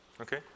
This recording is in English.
Okay